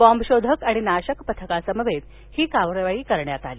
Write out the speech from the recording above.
बॉम्बशोधक आणि नाशक पथकासमवेत ही कारवाई करण्यात आली